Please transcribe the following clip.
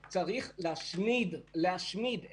אני חושבת שכן היה פער מבחינת התזמון לקבל את